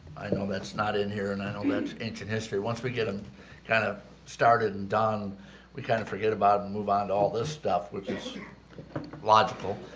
i know that's not in here and i know that's ancient history, once we get them kind of started and done we kind of forget about and move on to all this stuff which is logical,